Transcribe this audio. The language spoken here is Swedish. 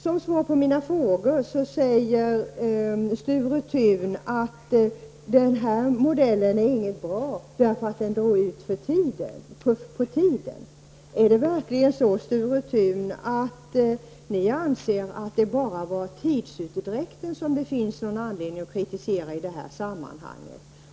Som svar på mina frågor säger Sture Thun att den här modellen inte är bra därför att den drar ut på tiden. Är det verkligen så, Sture Thun, att ni anser att det bara var tidsutdräkten som det fanns någon anledning att kritisera i det här sammanhanget?